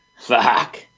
fuck